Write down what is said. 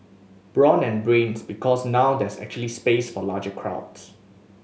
brawn and Brains Because now there's actually space for larger crowds